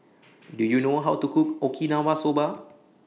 Do YOU know How to Cook Okinawa Soba